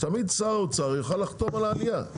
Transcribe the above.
שתמיד שר האוצר יוכל לחתום על העלייה.